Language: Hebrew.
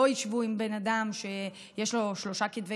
לא ישבו עם בן אדם שיש לו שלושה כתבי